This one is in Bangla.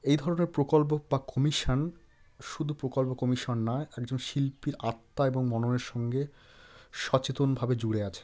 এই ধরনের প্রকল্প বা কমিশন শুধু প্রকল্প কমিশন নয় একজন শিল্পীর আত্মা এবং মননের সঙ্গে সচেতনভাবে জুড়ে আছে